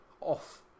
off